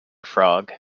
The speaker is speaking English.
frog